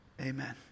Amen